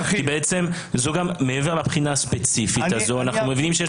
כי מעבר לבחינה הספציפית הזו אנחנו מבינים שיש